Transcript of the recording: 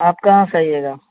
आप कहाँ से आइएगा